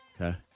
Okay